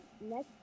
next